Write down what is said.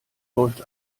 läuft